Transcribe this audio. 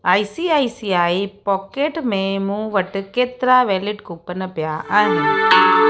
I C I C I pocket में मूं वटि केतिरा वेलिड कूपन पिया आहिनि